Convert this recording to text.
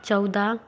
चौदह